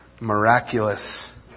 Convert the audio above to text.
miraculous